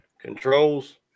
Controls